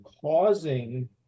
causing